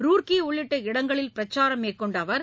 ரூர்க்கி உள்ளிட்ட இடங்களில் பிரச்சாரம் மேற்கொண்ட அவர்